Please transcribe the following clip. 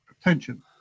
attention